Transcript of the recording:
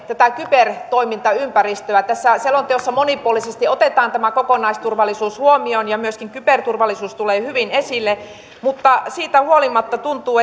kybertoimintaympäristöä tässä selonteossa monipuolisesti otetaan kokonaisturvallisuus huomioon ja myöskin kyberturvallisuus tulee hyvin esille mutta siitä huolimatta tuntuu